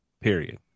Period